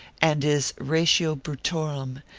and is ratio brutorum,